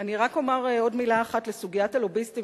אני רק אומר עוד מלה אחת על סוגיית הלוביסטים,